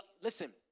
Listen